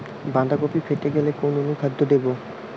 বাঁধাকপি ফেটে গেলে কোন অনুখাদ্য দেবো?